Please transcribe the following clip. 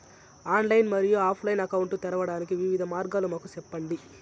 Online మరియు offline account తెరవడానికి వివిధ మార్గాలు మాకు సెప్పండి?